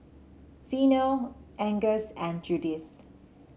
Zeno Angus and Judith